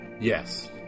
Yes